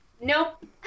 Nope